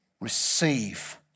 receive